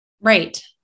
Right